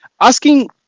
asking